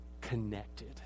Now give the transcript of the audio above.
connected